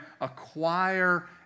acquire